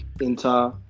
inter